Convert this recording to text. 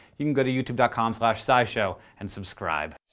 you can go to youtube dot com slash scishow and subscribe.